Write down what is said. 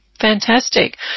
fantastic